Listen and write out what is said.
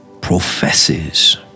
professes